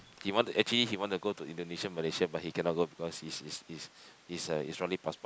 he want to actually he want to go to Indonesia Malaysia but he cannot go because is is is is uh Israeli passport